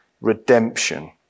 redemption